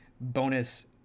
bonus